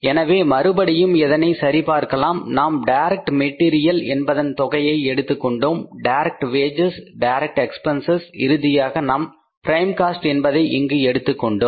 எனவே மறுபடியும் இதனை சரி பார்க்கலாம் நாம் டைரக்ட் மெட்டீரியல் என்பதன் தொகையை எடுத்துக்கொண்டோம் டைரக்ட் வேஜஸ் டைரக்ட் எக்பென்சஸ் இறுதியாக நாம் பிரைம் காஸ்ட் என்பதை இங்கு எடுத்துக் கொள்வோம்